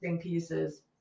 pieces